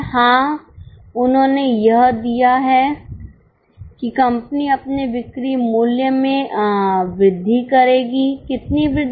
हाँ उन्होंने यह दिया है कि कंपनी अपने बिक्री मूल्य में वृद्धि करेगी कितनी वृद्धि